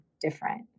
different